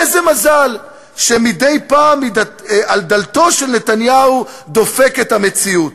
איזה מזל שמדי פעם על דלתו של נתניהו דופקת המציאות,